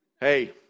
Hey